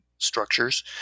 structures